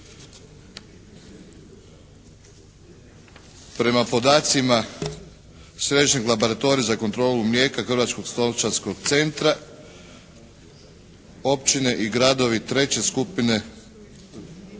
Prema podacima Središnjeg laboratorija za kontrolu mlijeka Hrvatskog stočarskog centra općine i gradovi treće skupine